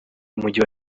w’umujyi